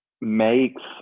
makes